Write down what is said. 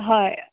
हय